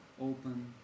open